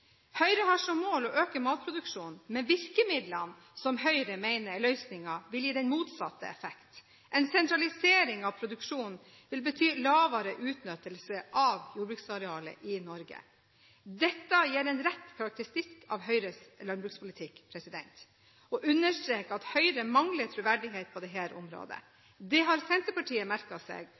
Høyre har som mål å øke matproduksjonen, virkemidlene som Høyre mener er løsningen, vil gi den motsatte effekt. En sentralisering av produksjonene vil bety lavere utnyttelse av jordbruksarealet i Norge.» Dette gir en rett karakteristikk av Høyres landbrukspolitikk og understreker at Høyre mangler troverdighet på dette området. Dette har Senterpartiet merket seg, og jeg regner med at landbruket selv også merker seg